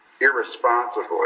irresponsibly